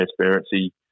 transparency